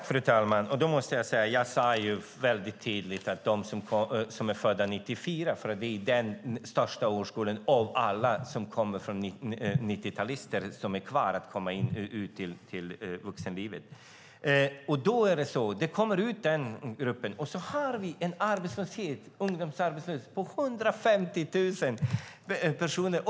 Fru talman! Jag sade mycket tydligt att den största årskullen av 90-talisterna som är kvar att komma ut i vuxenlivet är de som är födda 1994. När denna grupp kommer ut har vi en ungdomsarbetslöshet på 150 000 personer.